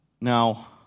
Now